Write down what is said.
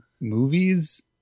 movies